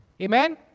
Amen